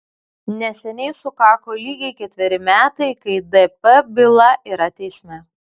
neseniai sukako lygiai ketveri metai kai dp byla yra teisme